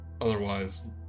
Otherwise